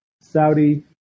Saudi